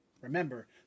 Remember